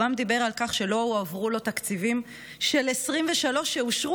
הוא גם דיבר על כך שלא הועברו לו תקציבים של 2023 שאושרו,